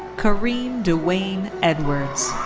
kareem dewayne edwards.